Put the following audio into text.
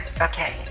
Okay